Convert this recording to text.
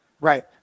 Right